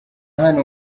hano